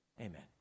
Amen